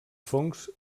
fongs